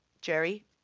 Jerry